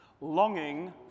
Longing